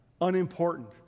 unimportant